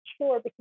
sure